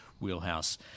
wheelhouse